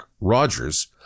Rogers